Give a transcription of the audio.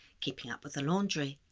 keeping up with the laundry,